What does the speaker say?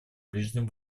ближнем